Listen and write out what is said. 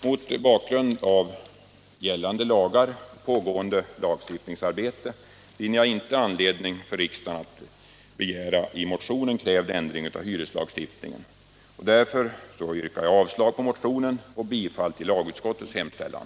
Mot bakgrund av gällande lagar och pågående lagstiftningsarbete anser jag inte att det finns anledning för riksdagen att begära i motionen krävd ändring av hyreslagstiftningen, varför jag yrkar avslag på motionen och bifall till lagutskottets hemställan.